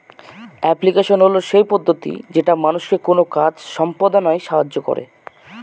application হল সেই পদ্ধতি যেটা মানুষকে কোনো কাজ সম্পদনায় সাহায্য করে